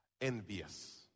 envious